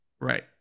Right